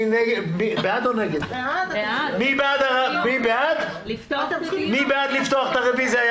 מי בעד לפתוח את הרביזיה?